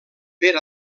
per